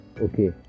Okay